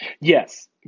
Yes